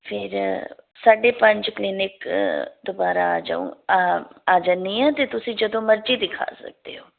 ਫਿਰ ਸਾਢੇ ਪੰਜ ਕਲੀਨਿਕ ਦੁਬਾਰਾ ਆ ਜਾਊਂ ਆ ਆ ਜਾਂਦੀ ਹਾਂ ਅਤੇ ਤੁਸੀਂ ਜਦੋਂ ਮਰਜ਼ੀ ਦਿਖਾ ਸਕਦੇ ਹੋ